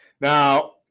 Now